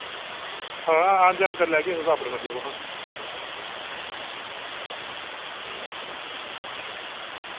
हां आन जान करी लैगे तुस अपने बंदे ओ